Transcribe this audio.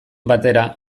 batera